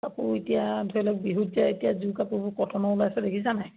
কাপোৰ এতিয়া ধৰি লওক বিহুত এতিয়া এতিয়া যোৰ কাপোৰ কটনৰ ওলাইছে দেখিছানে নাই